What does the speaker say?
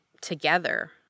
together